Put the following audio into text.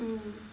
mm